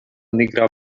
nigra